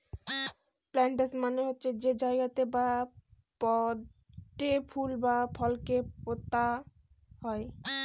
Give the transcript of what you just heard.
planters মানে হচ্ছে যে জায়গাতে বা পটে ফুল বা ফলকে পোতা হয়